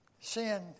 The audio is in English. Sin